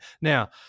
now